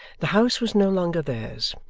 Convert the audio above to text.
the house was no longer theirs.